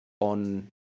on